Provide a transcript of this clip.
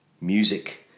Music